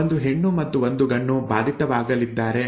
ಒಂದು ಹೆಣ್ಣು ಮತ್ತು ಒಂದು ಗಂಡು ಬಾಧಿತವಾಗಲಿದ್ದಾರೆ